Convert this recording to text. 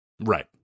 Right